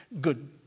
good